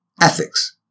Ethics